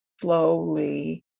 slowly